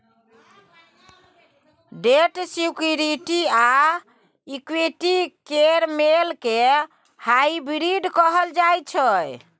date security आ equity केर मेल केँ हाइब्रिड कहल जाइ छै